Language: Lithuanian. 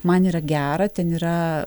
man yra gera ten yra